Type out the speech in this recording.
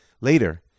Later